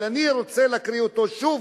אבל אני רוצה להקריא אותו שוב,